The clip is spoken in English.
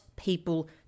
people